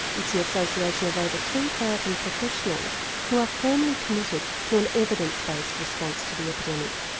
it's an association of over ten thousand professionals who are firmly committed to an evidence based response to the epidemic.